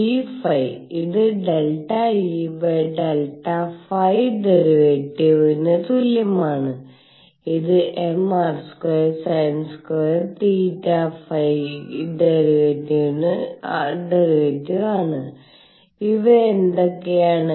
pϕ ഇത് ∂ E ∂ϕ ̇ ന് തുല്യമാണ് ഇത് mr² sin² θϕ ̇ ആണ് ഇവ എന്തൊക്കെയാണ്